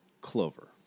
Clover